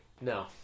No